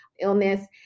illness